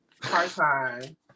Part-time